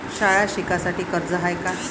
शाळा शिकासाठी कर्ज हाय का?